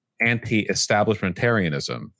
anti-establishmentarianism